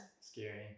scary